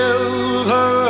Silver